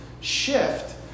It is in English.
shift